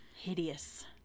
hideous